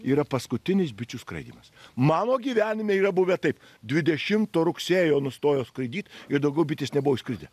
yra paskutinis bičių skraidymas mano gyvenime yra buvę taip dvidešimto rugsėjo nustojo skraidyt ir daugiau bitės nebuvo išskridę